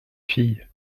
fille